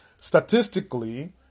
Statistically